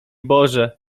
boże